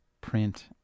print